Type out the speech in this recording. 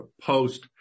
post